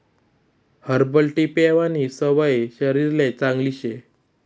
herbal tea पेवानी सवय शरीरले चांगली शे